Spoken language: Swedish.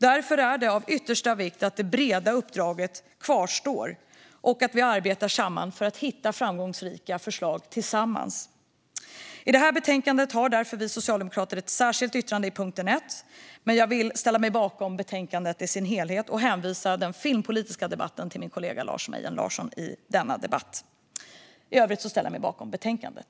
Därför är det av yttersta vikt att det breda uppdraget kvarstår och att vi arbetar för att hitta framgångsrika förslag tillsammans. I betänkandet har vi socialdemokrater därför ett särskilt yttrande under punkt 1, men jag vill ställa mig bakom betänkandet och hänvisa den filmpolitiska debatten till min kollega Lars Mejern Larsson i denna debatt. I övrigt ställer jag mig bakom betänkandet.